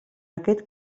aquest